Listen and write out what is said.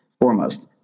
foremost